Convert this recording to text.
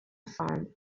farm